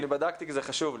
אני בדקתי כי זה חשוב לי.